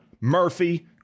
Murphy